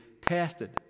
tested